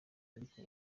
ariko